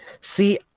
See